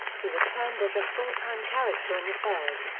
he returned as a full-time character in the third.